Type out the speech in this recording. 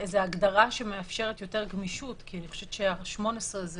הגדרה שמאפשרת יותר גמישות, כי 18 זה